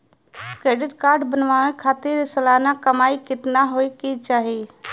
Credit card बनवावे खातिर सालाना कमाई कितना होए के चाही?